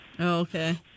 Okay